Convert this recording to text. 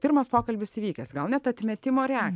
pirmas pokalbis įvykęs gal net atmetimo reakcija